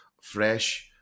Fresh